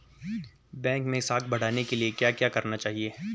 Bank मैं साख बढ़ाने के लिए क्या क्या करना चाहिए?